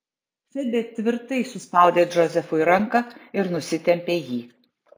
febė tvirtai suspaudė džozefui ranką ir nusitempė jį